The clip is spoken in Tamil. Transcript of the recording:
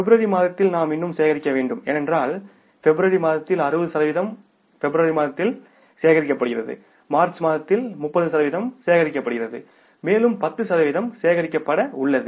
பிப்ரவரி மாதத்தில் நாம் இன்னும் சேகரிக்க வேண்டும் ஏனென்றால் பிப்ரவரி மாதத்தில் 60 சதவிகிதம் பிப்ரவரி மாதத்தில் சேகரிக்கப்படுகிறது மார்ச் மாதத்தில் 30 சதவிகிதம் சேகரிக்கப்படுகிறது மேலும் 10 சதவிகிதம் சேகரிக்கப்பட உள்ளது